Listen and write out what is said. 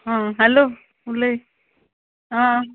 आं हॅलो उलय आं